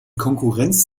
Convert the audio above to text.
konkurrenz